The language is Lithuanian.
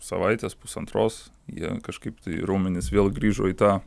savaitės pusantros jie kažkaip tai raumenys vėl grįžo į tą